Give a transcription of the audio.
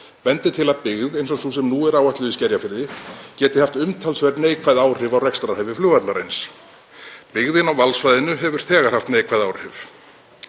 bendir til að byggð eins og sú sem nú er áætluð í Skerjafirði geti haft umtalsverð, neikvæð áhrif á rekstrarhæfi flugvallarins. Byggðin á málsvæðinu hefur þegar haft neikvæð áhrif